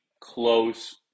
close